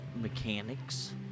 mechanics